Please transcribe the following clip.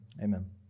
Amen